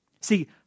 See